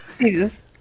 Jesus